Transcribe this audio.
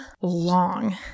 long